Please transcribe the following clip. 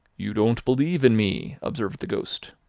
you don't believe in me, observed the ghost.